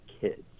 kids